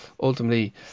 ultimately